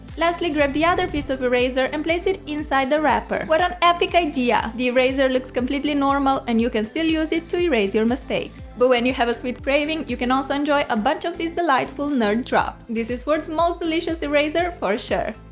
lastly grab the other piece of eraser and place it inside the wrapper. what an epic idea! the eraser looks completely normal, and you can still use it to erase your mistakes. but when you have a sweet craving you can also enjoy a bunch of these delightful nerd drops. this is world's most delicious eraser for sure!